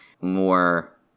more